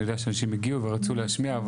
אני יודע שאנשים הגיעו ורצו להשמיע.